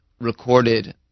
recorded